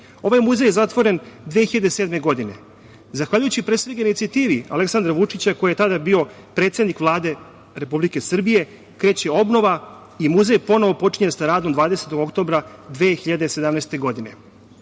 Ovaj muzej je zatvoren 2007. godine. Zahvaljujući pre svega inicijativi Aleksandra Vučića, koji je tada bio predsednik Vlade Republike Srbije kreće obnova i muzej ponovo počinje sa radom 20. oktobra 2017. godine. Ova